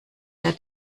der